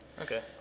Okay